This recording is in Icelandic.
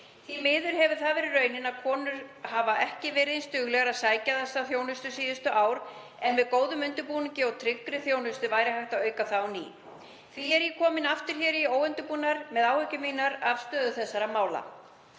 Því miður hefur raunin verið sú að konur hafa ekki verið eins duglegar að sækja þessa þjónustu síðustu ár, en með góðum undirbúningi og tryggri þjónustu væri hægt að auka það á ný. Því er ég komin aftur í óundirbúnar fyrirspurnir með áhyggjur mínar af stöðu þessara mála.